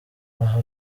aha